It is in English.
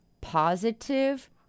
positive